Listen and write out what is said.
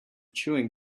chewing